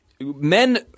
men